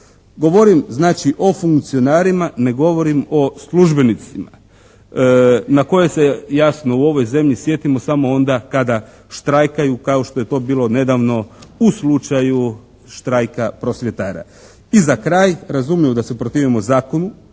Govorim znači o funkcionarima, ne govorim o službenicima na koje se jasno u ovoj zemlji sjetimo samo onda kada štrajkaju kao što je to bilo nedavno u slučaju štrajka prosvjetara. I za kraj, razumljivo da se protivimo Zakonu